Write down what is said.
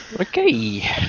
Okay